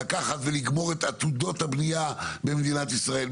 לקחת ולגמור את עתודות הבניה של מדינת ישראל,